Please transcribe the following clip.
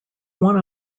one